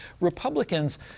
Republicans